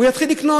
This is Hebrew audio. הוא יתחיל לקנות.